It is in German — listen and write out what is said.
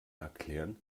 erklären